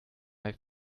have